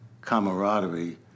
camaraderie